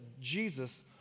Jesus